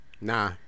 Nah